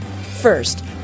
First